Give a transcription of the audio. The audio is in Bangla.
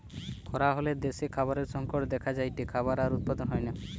খরা হলে দ্যাশে খাবারের সংকট দেখা যায়টে, খাবার আর উৎপাদন হয়না